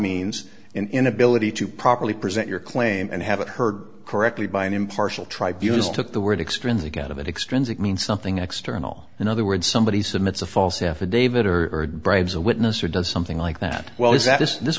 means inability to properly present your claim and haven't heard correctly by an impartial tribunals took the word extrinsic out of it extends it means something external in other words somebody submits a false affidavit or bribes a witness or does something like that well is that this